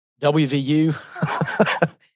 WVU